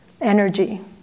energy